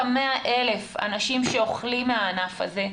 זה לא רק ה-100,000 אנשים שאוכלים מהענף הזה,